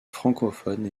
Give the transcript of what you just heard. francophone